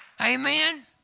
Amen